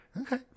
Okay